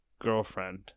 girlfriend